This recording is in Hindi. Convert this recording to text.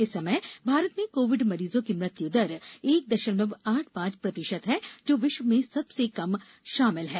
इस समय भारत में कोविड मरीजों की मृत्यु दर एक दशमलव आठ पांच प्रतिशत है जो विश्व में सबसे कम में शामिल है